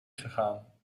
gegaan